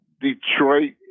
Detroit